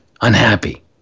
unhappy